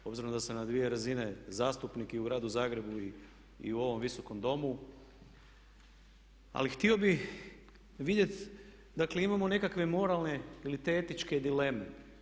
Obzirom da sam na dvije razine zastupnik i u Gradu Zagrebu i u ovom Visokom domu htio bih vidjeti dakle imamo nekakve moralne ili te etičke dileme.